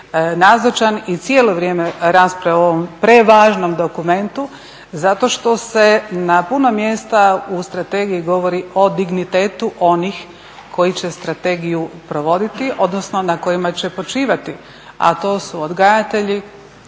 nazočan i cijelo vrijeme rasprave o ovom prevažnom dokumentu? Zato što se na puno mjesta u strategiji govori o dignitetu onih koji će strategiju provoditi, odnosno na kojima će počivati, a to su odgajatelji,